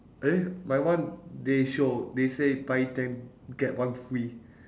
eh my one they show they say buy ten get one free